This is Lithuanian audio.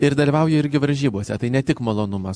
ir dalyvauja irgi varžybose tai ne tik malonumas